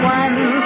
one